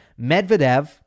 Medvedev